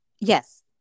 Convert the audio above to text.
yes